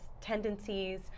tendencies